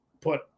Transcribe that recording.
put